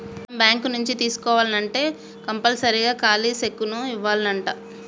మనం బాంకు నుంచి తీసుకోవాల్నంటే కంపల్సరీగా ఖాలీ సెక్కును ఇవ్యానంటా